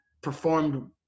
performed